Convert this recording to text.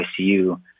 ICU